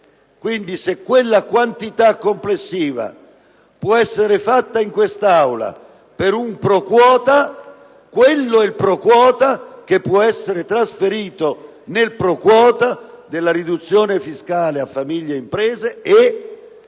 Quindi, se quella è la quantità complessiva che può essere stabilita in quest'Aula pro quota, quello è il pro quota che può essere trasferito nel pro quota della riduzione fiscale a famiglie e imprese e